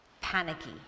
panicky